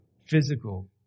physical